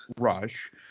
Rush